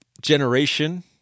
generation